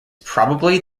probably